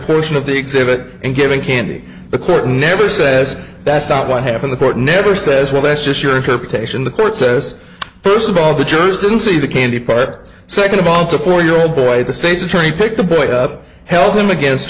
portion of the exhibit and giving candy the court never says that's not what happened the court never says well that's just your interpretation the court says first of all the jurors didn't see the candy part second of all it's a four year old boy the state's attorney picked the put up held him against